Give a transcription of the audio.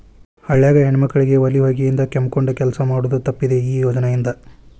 ಹಳ್ಯಾಗ ಹೆಣ್ಮಕ್ಕಳಿಗೆ ಒಲಿ ಹೊಗಿಯಿಂದ ಕೆಮ್ಮಕೊಂದ ಕೆಲಸ ಮಾಡುದ ತಪ್ಪಿದೆ ಈ ಯೋಜನಾ ಇಂದ